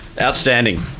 Outstanding